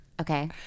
Okay